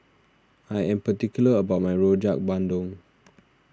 I am particular about my Rojak Bandung